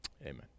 amen